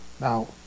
Now